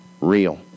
real